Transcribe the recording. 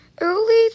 Early